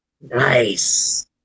Nice